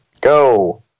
go